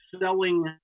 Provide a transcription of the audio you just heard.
selling